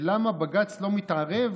ולמה בג"ץ לא מתערב,